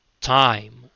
time